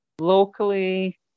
locally